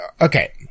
okay